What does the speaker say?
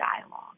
dialogue